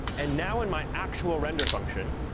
and now in my actual render function,